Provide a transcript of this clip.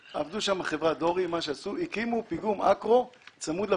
עבדה שם חברת דורי והקימה פיגום אקרו צמוד לפיגום.